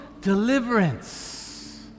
deliverance